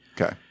okay